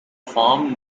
farm